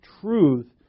truth